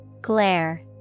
Glare